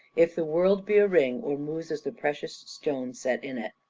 if the world be a ring, ormuz is the precious stone set in it.